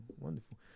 wonderful